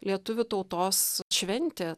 lietuvių tautos šventė